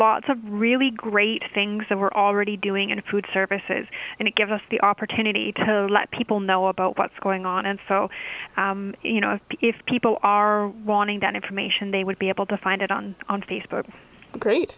lots of really great things that we're already doing in food services and it gives us the opportunity to let people know about what's going on and so you know if people are wanting that information they would be able to find it on on facebook great